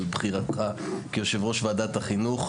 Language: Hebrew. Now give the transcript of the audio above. על בחירתך כיושב-ראש ועדת החינוך,